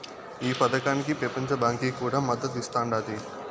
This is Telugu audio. ఈ పదకానికి పెపంచ బాంకీ కూడా మద్దతిస్తాండాది